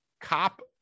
cop